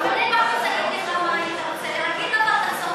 להגיד מה אתה היית רוצה בסוד.